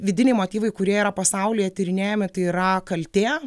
vidiniai motyvai kurie yra pasaulyje tyrinėjami tai yra kaltė